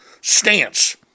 stance